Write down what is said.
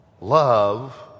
Love